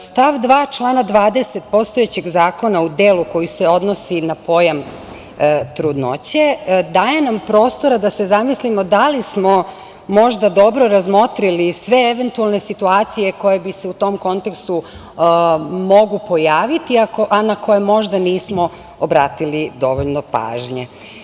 Stav 2. člana 20. postojećeg zakona u delu koji se odnosi na pojam trudnoće daje nam prostora da se zamislimo da li smo možda dobro razmotrili sve eventualne situacije koje se u tom kontekstu mogu pojaviti, a na koje možda nismo obratili dovoljno pažnje.